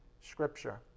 scripture